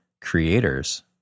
creators